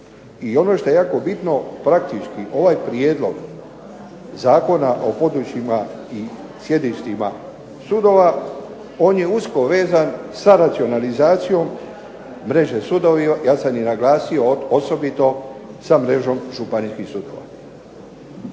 I ono što je jako bitno, praktički ovaj prijedlog Zakona o područjima i sjedištima sudova, on je usko vezan sa racionalizacijom mreže sudova. Ja sam i naglasio osobito sa mrežom županijskih sudova.